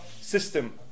system